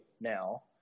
now